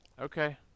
Okay